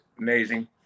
amazing